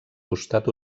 costat